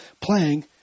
playing